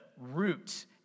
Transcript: root